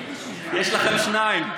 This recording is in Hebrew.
יש לכם שניים.